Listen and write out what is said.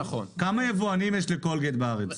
כמה יבואנים יש לקולגייט בארץ?